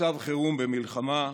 מצב חירום במלחמה,